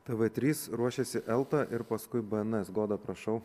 tv trys ruošiasi elta ir paskui bns goda prašau